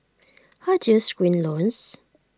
how do you screen loans